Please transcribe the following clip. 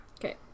Okay